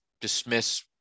dismiss